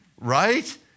right